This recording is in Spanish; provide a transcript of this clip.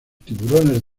tiburones